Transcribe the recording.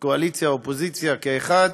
קואליציה ואופוזיציה כאחד,